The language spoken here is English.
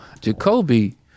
Jacoby